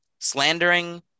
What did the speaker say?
slandering